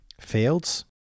Fields